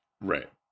Right